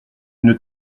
une